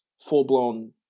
full-blown